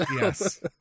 Yes